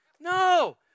No